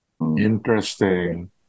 Interesting